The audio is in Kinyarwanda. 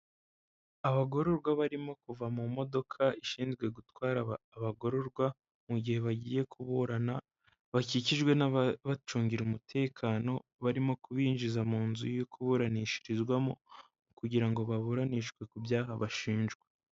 Abagororwa barimo kuva mu modoka ishinzwe gutwara abagororwa mu gihe bagiye kuburana bakikijwe n'aba bacungira umutekano barimo kubinjiza mu nzu yo kuburanishirizwamo kugira ngo baburanishwe ku byaha bashinjwa.